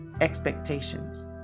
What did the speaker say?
expectations